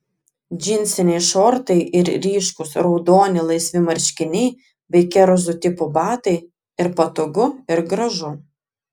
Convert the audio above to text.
džinsiniai šortai ir ryškūs raudoni laisvi marškiniai bei kerzų tipo batai ir patogu ir gražu